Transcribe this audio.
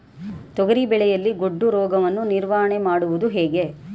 ತೊಗರಿ ಬೆಳೆಯಲ್ಲಿ ಗೊಡ್ಡು ರೋಗವನ್ನು ನಿವಾರಣೆ ಮಾಡುವುದು ಹೇಗೆ?